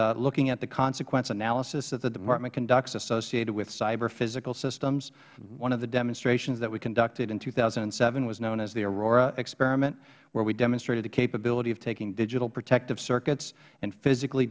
but looking at the consequence analysis that the department conducts associated with cyber physical systems one of the demonstrations we conducted in two thousand and seven was known as the aurora experiment where we demonstrated the capability of taking digital protective circuits and physically